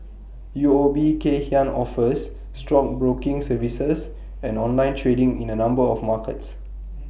U O B Kay Hian offers stockbroking services and online trading in A number of markets